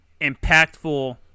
impactful